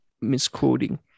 misquoting